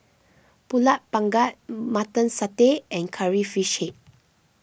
Pulut Panggang Mutton Satay and Curry Fish Head